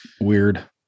weird